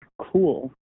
Cool